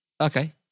Okay